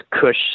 Cush